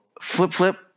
flip-flip